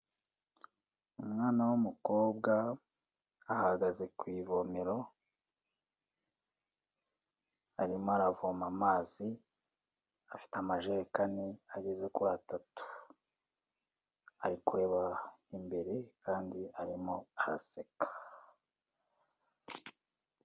Umwana w'umukobwa ahagaze ku ivomero, arimo aravoma amazi, afite amajerekani ageze kuri atatu. Ari kureba imbere kandi arimo araseka.